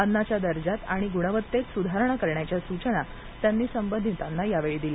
अन्नाच्या दर्जात आणि गृणवत्तेत सुधारणा करण्याच्या सुचना त्यांनी संबंधितांना यावेळी केल्या